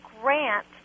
grant